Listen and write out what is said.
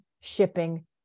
shipping